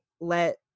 let